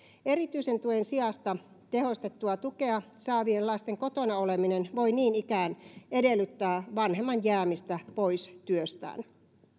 erityisen tuen sijasta tehostettua tukea saavien lasten kotona oleminen voi niin ikään edellyttää vanhemman jäämistä pois työstään